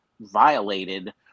violated